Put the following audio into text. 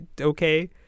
okay